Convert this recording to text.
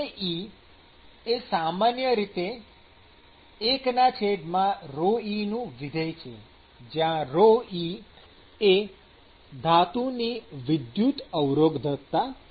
ke એ સામાન્ય રીતે ૧ρe નું વિધેય છે જ્યાં ρe એ ધાતુની વિદ્યુત અવરોધકતા છે